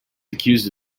accused